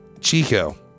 Chico